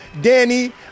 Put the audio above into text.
Danny